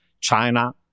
China